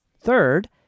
Third